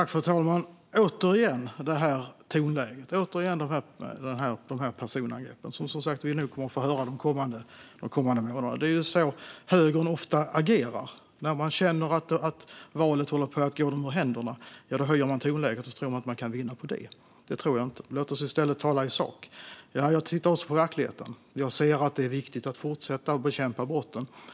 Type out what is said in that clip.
Fru talman! Återigen detta tonläge och dessa personangrepp som vi nog kommer att få höra mer av de kommande månaderna. Det är ju så här högern ofta agerar. När de känner att valet håller på att gå dem ur händerna höjer de tonläget och tror att de kan vinna på det. Men det tror inte jag. Låt oss i stället tala i sak. Jag tittar också på verkligheten och ser att det är viktigt att fortsätta att bekämpa brott.